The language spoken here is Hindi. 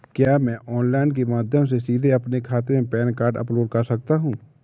क्या मैं ऑनलाइन के माध्यम से सीधे अपने खाते में पैन कार्ड अपलोड कर सकता हूँ?